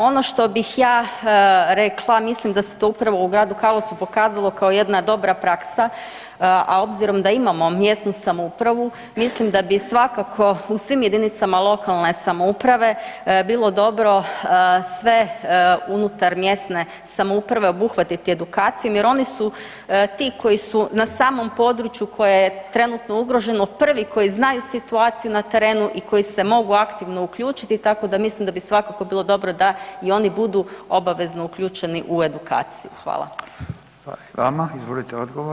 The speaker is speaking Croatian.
Ono što bih ja rekla, mislim da se to upravo u gradu Karlovcu pokazalo kao jedna dobra praksa, a obzirom da imamo mjesnu samoupravu mislim da bi svakako u svim JLS-ovima bilo dobro sve unutar mjesne samouprave obuhvatiti edukacijom jer oni su ti koji su na samom području koje je trenutno ugroženo prvi koji znaju situaciju na terenu i koji se mogu aktivno uključiti, tako da mislim da bi svakako bilo dobro da i oni budu obavezno uključeni u edukaciju.